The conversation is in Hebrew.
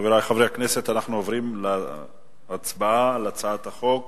חברי הכנסת, אנחנו עוברים להצבעה על הצעת החוק